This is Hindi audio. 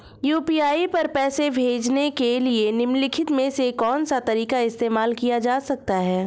यू.पी.आई पर पैसे भेजने के लिए निम्नलिखित में से कौन सा तरीका इस्तेमाल किया जा सकता है?